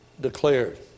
declared